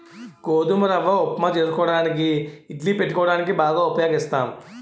గోధుమ రవ్వ ఉప్మా చేసుకోవడానికి ఇడ్లీ పెట్టుకోవడానికి బాగా ఉపయోగిస్తాం